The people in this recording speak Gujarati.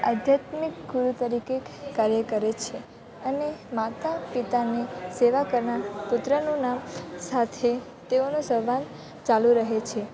આધ્યાત્મિક ગુરુ તરીકે કાર્ય કરે છે અને માતાપિતાની સેવા કરનાર પુત્રનું નામ સાથે તેઓનો સંબંધ ચાલુ રહે છે